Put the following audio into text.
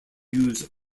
use